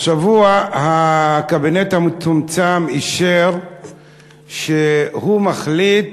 השבוע הקבינט המצומצם אישר שהוא מחליט